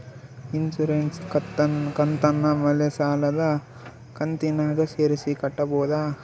Insurance ಕಂತನ್ನ ಮನೆ ಸಾಲದ ಕಂತಿನಾಗ ಸೇರಿಸಿ ಕಟ್ಟಬೋದ?